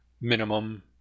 minimum